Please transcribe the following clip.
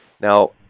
Now